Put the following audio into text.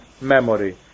memory